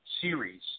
series